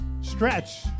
stretch